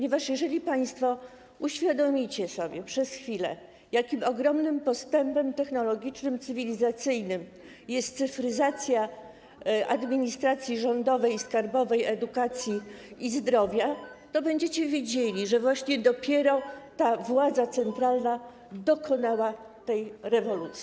Jeżeli państwo uświadomicie sobie przez chwilę, jakim ogromnym postępem technologicznym, cywilizacyjnym jest cyfryzacja administracji rządowej i skarbowej, edukacji i zdrowia, to będziecie wiedzieli, że dopiero władza centralna dokonała tej rewolucji.